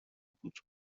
بود